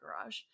garage